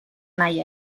nahi